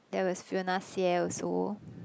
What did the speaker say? there was Fiona-Xie also